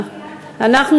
כל המליאה הייתה בעד.